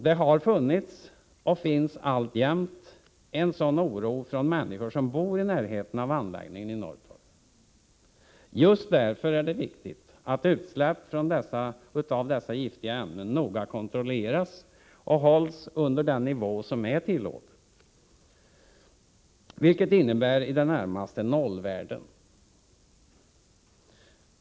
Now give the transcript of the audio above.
Det har funnits, och finns alltjämt, en sådan oro hos människor som bor i närheten av anläggningen i Norrtorp. Just därför är det viktigt att utsläpp av dessa giftiga ämnen noga kontrolleras och hålls under den nivå som är tillåten, vilket innebär i det närmaste nollvärden.